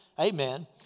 amen